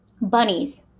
Bunnies